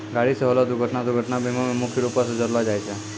गाड़ी से होलो दुर्घटना दुर्घटना बीमा मे मुख्य रूपो से जोड़लो जाय छै